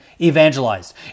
evangelized